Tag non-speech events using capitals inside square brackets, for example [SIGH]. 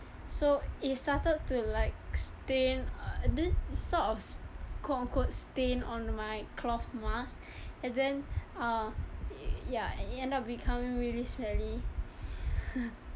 so it started to like stain uh the~ sort of quote on quote stain on my cloth mask and then uh ya it end up becoming really smelly [LAUGHS]